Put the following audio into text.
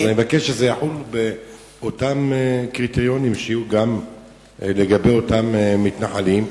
אני מבקש שאותם קריטריונים יהיו גם לגבי אותם מתנחלים.